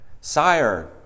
Sire